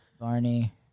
Barney